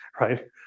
right